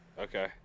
Okay